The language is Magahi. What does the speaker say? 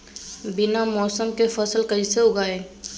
बिना मौसम के फसल कैसे उगाएं?